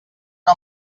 que